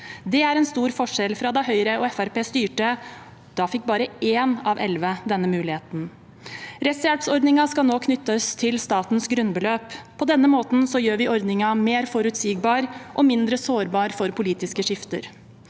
Det er en stor forskjell fra da Høyre og Fremskrittspartiet styrte. Da fikk bare én av elleve denne muligheten. Rettshjelpsordningen skal nå knyttes til statens grunnbeløp. På denne måten gjør vi ordningen mer forutsigbar og mindre sårbar for politiske skifter.